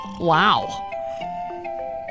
Wow